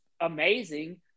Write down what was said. amazing